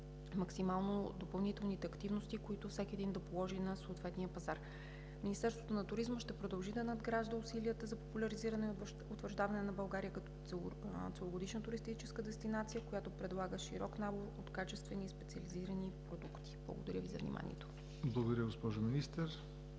Благодаря Ви за вниманието.